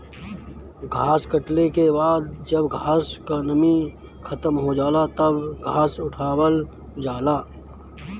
घास कटले के बाद जब घास क नमी खतम हो जाला तब घास उठावल जाला